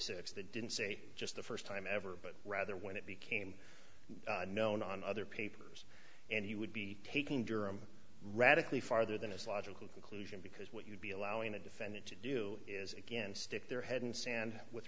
six that didn't say just the first time ever but rather when it became known on other papers and he would be taking durham radically farther than his logical conclusion because what you'd be allowing the defendant to do is again stick their head in sand with